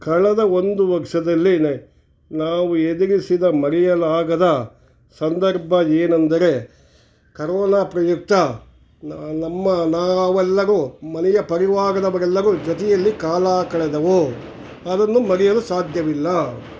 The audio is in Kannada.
ಕಳೆದ ಒಂದು ವರ್ಷದಲ್ಲಿಯೇ ನಾವು ಎದುರಿಸಿದ ಮರೆಯಲಾಗದ ಸಂದರ್ಭ ಏನಂದರೆ ಕರೋನ ಪ್ರಯುಕ್ತ ನಮ್ಮ ನಾವೆಲ್ಲರೂ ಮನೆಯ ಪರಿವಾರದವರೆಲ್ಲರೂ ಜೊತೆಯಲ್ಲಿ ಕಾಲ ಕಳೆದೆವು ಅದನ್ನು ಮರೆಯಲು ಸಾಧ್ಯವಿಲ್ಲ